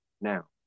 now